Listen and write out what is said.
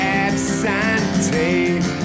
absentee